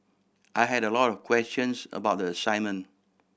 I had a lot of questions about the assignment